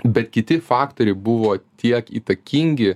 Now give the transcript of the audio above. bet kiti faktoriai buvo tiek įtakingi